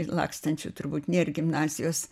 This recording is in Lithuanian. lakstančių turbūt nėr gimnazijos